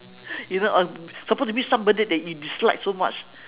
you know on supposed to meet somebody that you dislike so much